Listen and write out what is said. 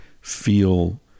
feel